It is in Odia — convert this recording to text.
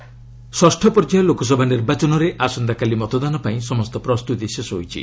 ଇଲେକସନ୍ ଷଷ୍ଠ ପର୍ଯ୍ୟାୟ ଲୋକସଭା ନିର୍ବାଚନରେ ଆସନ୍ତାକାଲି ମତଦାନ ପାଇଁ ସମସ୍ତ ପ୍ରସ୍ତୁତି ଶେଷ ହୋଇଛି